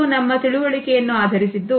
ಇದು ನಮ್ಮ ತಿಳುವಳಿಕೆಯನ್ನು ಆಧರಿಸಿದ್ದು